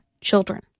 children